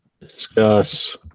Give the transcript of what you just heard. discuss